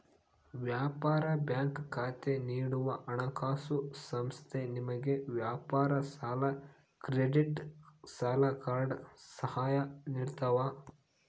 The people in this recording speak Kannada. ವ್ಯಾಪಾರ ಬ್ಯಾಂಕ್ ಖಾತೆ ನೀಡುವ ಹಣಕಾಸುಸಂಸ್ಥೆ ನಿಮಗೆ ವ್ಯಾಪಾರ ಸಾಲ ಕ್ರೆಡಿಟ್ ಸಾಲ ಕಾರ್ಡ್ ಸಹ ನಿಡ್ತವ